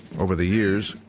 over the years,